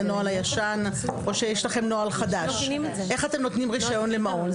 הנוהל הישן או שיש לכם נוהל חדש איך אתם נותנים רישיון למעון,